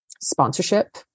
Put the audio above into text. sponsorship